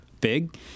big